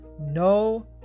no